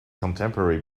contemporary